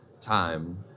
time